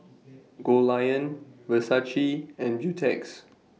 Goldlion Versace and Beautex